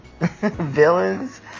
villains